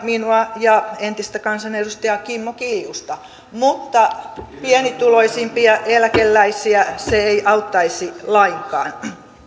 minua ja entistä kansanedustajaa kimmo kiljusta mutta pienituloisimpia eläkeläisiä se ei auttaisi lainkaan